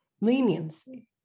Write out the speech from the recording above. leniency